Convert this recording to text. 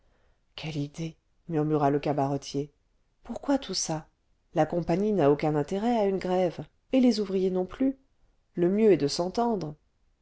quelle idée murmura le cabaretier pourquoi tout ça la compagnie n'a aucun intérêt à une grève et les ouvriers non plus le mieux est de s'entendre